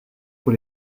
pour